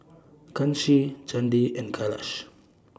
Kanshi Chandi and Kailash